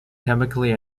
chemically